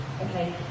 Okay